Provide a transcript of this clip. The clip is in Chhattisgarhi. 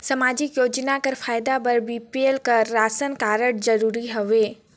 समाजिक योजना कर फायदा बर बी.पी.एल कर राशन कारड जरूरी हवे?